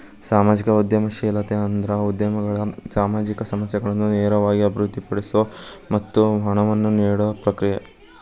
ಸಾಮಾಜಿಕ ಉದ್ಯಮಶೇಲತೆ ಅಂದ್ರ ಉದ್ಯಮಿಗಳು ಸಾಮಾಜಿಕ ಸಮಸ್ಯೆಗಳನ್ನ ನೇರವಾಗಿ ಅಭಿವೃದ್ಧಿಪಡಿಸೊ ಮತ್ತ ಹಣವನ್ನ ನೇಡೊ ಪ್ರಕ್ರಿಯೆ